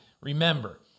Remember